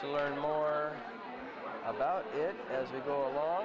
to learn more about it as we go along